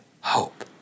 hope